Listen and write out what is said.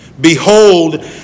Behold